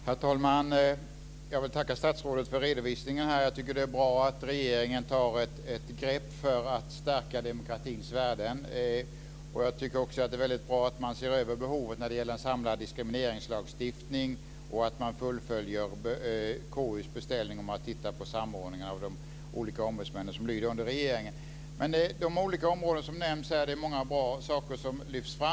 Herr talman! Jag vill tacka statsrådet för redovisningen här. Det är bra att regeringen tar ett grepp för att stärka demokratins värden. Det är också väldigt bra att man ser över behovet av en samlad diskrimineringslagstiftning och att man fullföljer KU:s beställning om att titta på samordning av de olika områden som lyder under regeringen. De är många bra saker på lyfts fram på de olika områden som nämns.